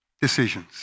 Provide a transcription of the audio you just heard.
decisions